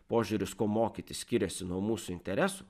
požiūris ko mokytis skiriasi nuo mūsų interesų